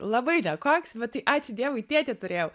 labai nekoks bet tai ačiū dievui tėtį turėjau